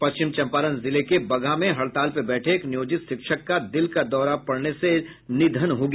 पश्चिम चम्पारण जिले के बगहा में हड़ताल पर बैठे एक नियोजित शिक्षक का दिल का दौरा पड़ने से निधन हो गया